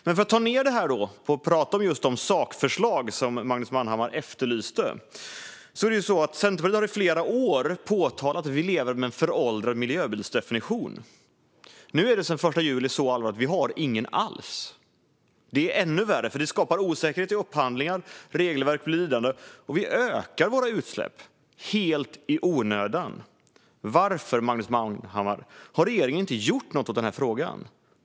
Men för att ta ned detta och prata om sakförslag, som Magnus Manhammar efterlyste, har Centerpartiet i flera år påtalat att vi lever med en föråldrad miljöbilsdefinition. Nu är det så allvarligt att vi sedan den 1 juli inte har någon alls. Detta är ännu värre, för det skapar osäkerhet vid upphandlingar, regelverket blir lidande och vi ökar våra utsläpp, helt i onödan. Varför, Magnus Manhammar, har regeringen inte gjort något åt denna fråga?